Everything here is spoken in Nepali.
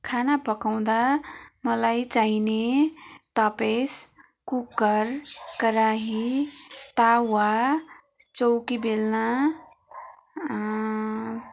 खाना पकाउँदा मलाई चाहिने तपेस कुकर कराही तावा चौकी बेलना